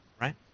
right